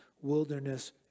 wilderness